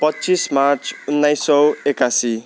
पच्चिस मार्च उन्नाइस सय एकासी